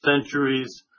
centuries